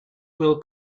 will